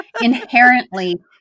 inherently